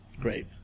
Great